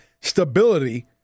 stability